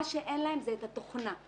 מה שאין להם, זה את התוכנה.